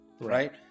Right